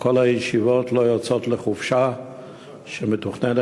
שכל הישיבות לא יוצאות לחופשה שמתוכננת